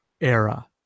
era